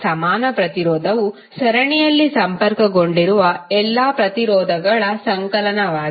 ಸಮಾನ ಪ್ರತಿರೋಧವು ಸರಣಿಯಲ್ಲಿ ಸಂಪರ್ಕಗೊಂಡಿರುವ ಎಲ್ಲಾ ಪ್ರತಿರೋಧಗಳ ಸಂಕಲನವಾಗಿದೆ